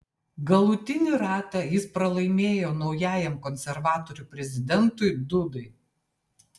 galutinį ratą jis pralaimėjo naujajam konservatorių prezidentui dudai